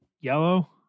yellow